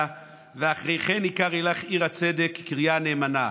אחרי כן יקרֵא לך עיר הצדק קריה נאמנה".